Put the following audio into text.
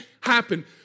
happen